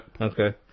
Okay